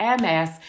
MS